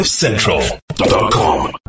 Central.com